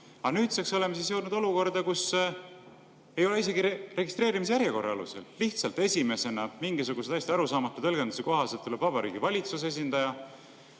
Ja nüüdseks oleme siis jõudnud olukorda, kus ei ole isegi registreerimise järjekord aluseks. Lihtsalt esimesena mingisuguse täiesti arusaamatu tõlgenduse kohaselt tuleb Vabariigi Valitsuse esindaja,